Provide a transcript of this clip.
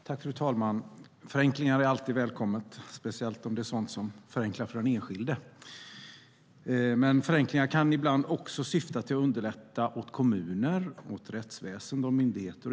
Fru talman! Förenklingar är alltid välkomna, speciellt om det är sådant som förenklar för den enskilde. Förenklingar kan ibland också syfta till att underlätta för kommuner, rättsväsen och myndigheter.